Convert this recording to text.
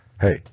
Hey